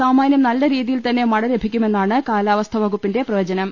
സാമാനൃം നല്ല രീതിയിൽ തന്നെ മഴ ലഭിക്കുമെന്നാണ് കാലാവസ്ഥ വകുപ്പിന്റെ പ്രവചനം